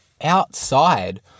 outside